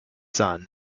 son